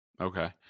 Okay